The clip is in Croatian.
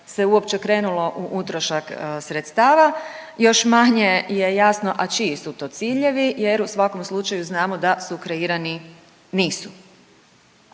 se uopće krenulo u utrošak sredstava, još manje je jasno, a čiji su to ciljevi jer u svakom slučaju znamo da su kreirani nisu.